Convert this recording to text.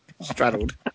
straddled